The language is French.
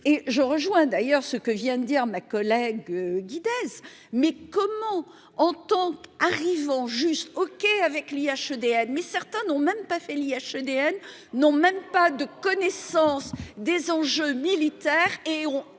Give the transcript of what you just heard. et je rejoins d'ailleurs ce que vient de dire ma collègue. Guinness. Mais comment en en arrivant juste OK avec l'IHD admet, certains n'ont même pas fait l'IHU ADN n'ont même pas de connaissance des enjeux militaires et ont